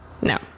no